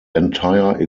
entire